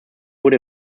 wurde